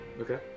Okay